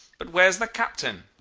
but where's the captain